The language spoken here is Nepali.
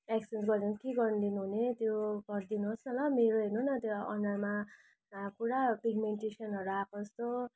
एक्सचेन्ज गरेर के गरिदिनुहुने त्यो गरिदिनुहोस् न ल मेरो हेर्नु न त्यो अनुहारमा पुरा पिग्मेन्टेसनहरू आएको जस्तो